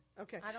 Okay